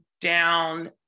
down